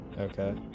Okay